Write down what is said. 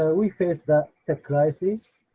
so we faced a crisis.